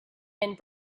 and